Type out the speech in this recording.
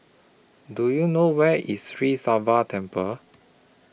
Do YOU know Where IS Sri Sivan Temple